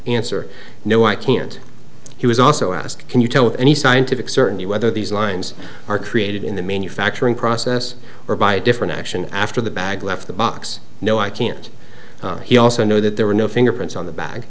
answer no i can't he was also asked can you tell any scientific certainty whether these lines are created in the manufacturing process or by a different action after the bag left the box no i can't he also know that there were no fingerprints on the bag